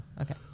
okay